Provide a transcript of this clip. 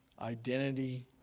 identity